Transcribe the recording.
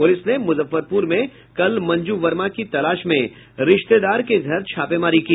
police ने मुजफ्फरपुर में कल मंजू वर्मा की तलाश में रिश्तेदार के घर छापेमारी की